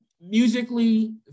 musically